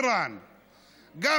איראן, איראן.